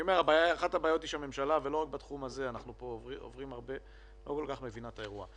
אחת הבעיות היא שהממשלה ולא רק בתחום הזה לא כל כך מבינה את האירוע.